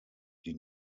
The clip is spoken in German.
die